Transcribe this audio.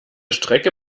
strecke